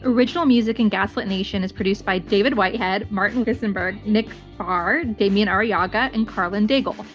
original music in gaslit nation is produced by david whitehead, martin visenberg, nick farr, demian arriaga, and karlyn daigle.